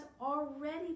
already